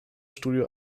studio